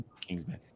Kingsman